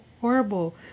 Horrible